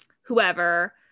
whoever